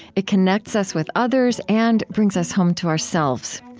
it connects us with others and brings us home to ourselves.